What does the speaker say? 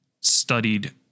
studied